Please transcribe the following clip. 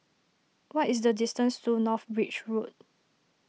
what is the distance to North Bridge Road